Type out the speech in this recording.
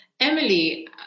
Emily